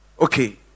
Okay